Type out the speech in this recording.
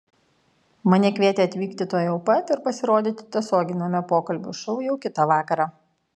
mane kvietė atvykti tuojau pat ir pasirodyti tiesioginiame pokalbių šou jau kitą vakarą